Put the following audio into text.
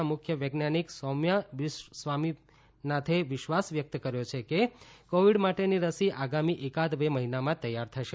ના મુખ્ય વૈજ્ઞાનિક સૌમ્યા સ્વામીનાથને વિશ્વાસ વ્યક્ત કર્યો છે કે કોવિડ માટેની રસી આગામી એકાદ બે મહિનામાં તૈયાર થશે